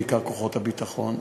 בעיקר מכוחות הביטחון.